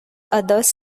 others